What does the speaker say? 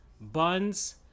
buns